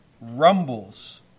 rumbles